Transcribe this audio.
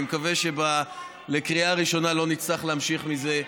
אני מקווה שלקריאה ראשונה לא נצטרך להמשיך בזה.